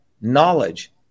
knowledge